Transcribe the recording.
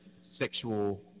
sexual